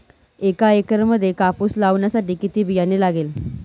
एका एकरामध्ये कापूस लावण्यासाठी किती बियाणे लागेल?